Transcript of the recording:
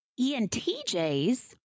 ENTJs